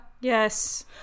Yes